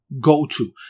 go-to